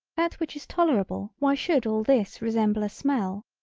that which is tolerable why should all this resemble a smell,